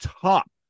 top